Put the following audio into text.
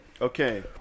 okay